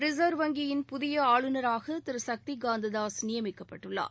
reserve வங்கியின் புதிய ஆளுநராக திரு சக்திகாந்ததாஸ் நியமிக்கப்பட்டுள்ளார்